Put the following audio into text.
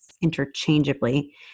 interchangeably